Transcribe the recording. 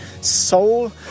soul